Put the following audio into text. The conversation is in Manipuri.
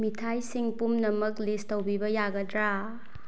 ꯃꯤꯊꯥꯏꯁꯤꯡ ꯄꯨꯝꯅꯃꯛ ꯂꯤꯁ ꯇꯧꯕꯤꯕ ꯌꯥꯒꯗ꯭ꯔꯥ